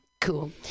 Cool